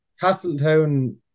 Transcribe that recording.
Castletown